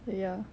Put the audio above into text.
ya